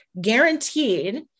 guaranteed